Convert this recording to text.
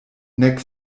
nek